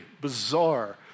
bizarre